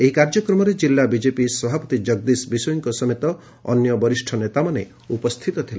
ଏହି କାର୍ଯ୍ୟକ୍ରମରେ ଜିଲ୍ଲା ବିଜେପି ସଭାପତି ଜଗଦୀଶ ବିଶୋୟୀଙ୍କ ସମେତ ଅନ୍ୟ ବରିଷ ନେତା ଉପସ୍ତିତ ଥିଲେ